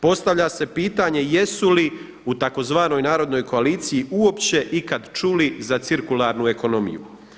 Postavlja se pitanje, jesu li u tzv. Narodnoj koaliciji uopće ikad čuli za cirkularnu ekonomiju?